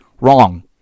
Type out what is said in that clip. wrong